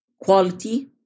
quality